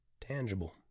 tangible